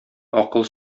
акыл